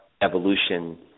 evolution